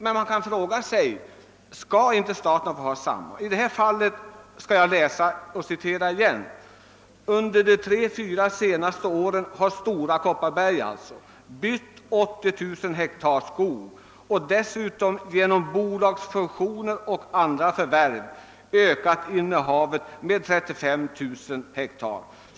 Men man kan fråga sig om inte staten skall ha samma möjligheter. I den tidningsartikel som jag nämnde står det: >»Under de tre—fyra senaste åren har Stora bytt 80 000 hektar skog och dessutom genom bolagsfusioner och andra förvärv ökat innehavet med 35 000 hektar.